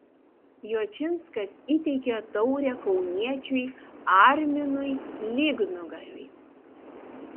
jočinskas įteikė taurę kauniečiui arminui lygnugariui